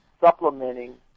supplementing